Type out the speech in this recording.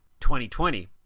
2020